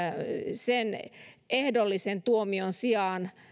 sen ehdollisen tuomion sijaan